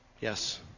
Yes